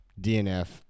DNF